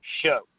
show